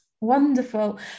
Wonderful